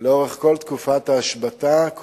לאורך כל תקופת ההשבתה,